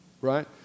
right